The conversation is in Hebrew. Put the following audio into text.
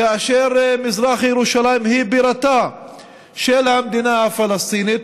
כאשר מזרח ירושלים הוא בירתה של המדינה הפלסטינית,